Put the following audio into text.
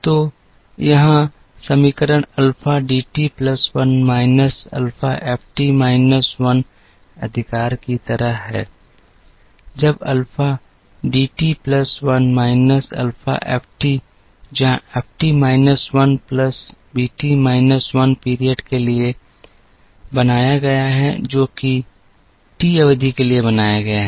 तो यहाँ समीकरण alpha D T plus 1 minus alpha F T minus 1 अधिकार की तरह है जब alpha D T plus 1 minus alpha F T जहां F T minus 1 plus B T minus 1 period के लिए बनाया गया है जो टी अवधि के लिए बनाया गया है